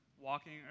walking